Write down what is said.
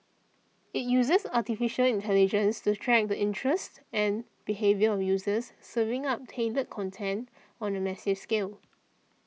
it uses Artificial Intelligence to track the interests and behaviour of users serving up tailored content on a massive scale